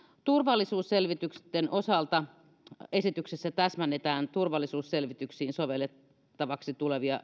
turvallisuusselvitysten osalta esityksessä täsmennetään turvallisuusselvityksiin sovellettavaksi